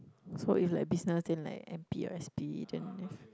so if like business then like N_P or S_P then if